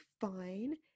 fine